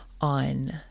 on